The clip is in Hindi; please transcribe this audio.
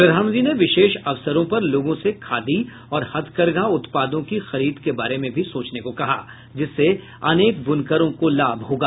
प्रधानमंत्री ने विशेष अवसरों पर लोगों से खादी और हथकरघा उत्पादों की खरीद के बारे में भी सोचने को कहा जिससे अनेक बुनकरों को लाभ होगा